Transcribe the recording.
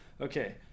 Okay